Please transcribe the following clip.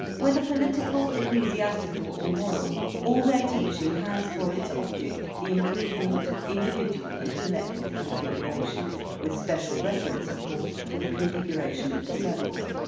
whether political, ecclesiastical, or moral, all their teaching has for its object the improve ment of individual and collective configuration with special reference of course to the configuration of the circles,